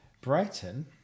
Brighton